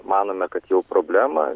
manome kad jau problemą